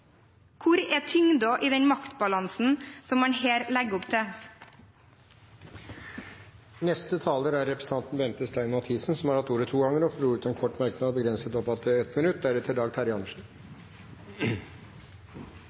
Hvor er tyngden i den maktbalansen som man her legger opp til? Bente Stein Mathisen har hatt ordet to ganger tidligere, og får ordet til en kort merknad, begrenset til 1 minutt.